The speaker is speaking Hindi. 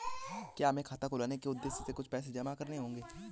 क्या हमें खाता खुलवाने के उद्देश्य से कुछ पैसे जमा करने होंगे?